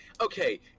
Okay